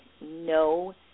no